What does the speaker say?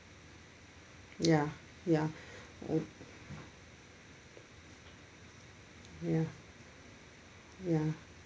ya ya mm ya ya